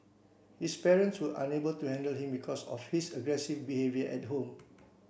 his parents were unable to handle him because of his aggressive behaviour at home